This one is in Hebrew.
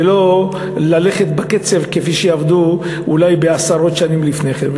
ולא בקצב כפי שעבדו אולי עשרות שנים לפני כן.